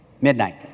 midnight